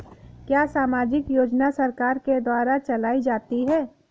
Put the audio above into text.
क्या सामाजिक योजना सरकार के द्वारा चलाई जाती है?